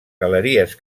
galeries